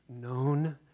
known